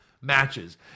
matches